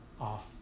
Off